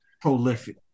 Prolific